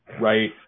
right